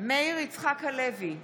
מאיר יצחק הלוי,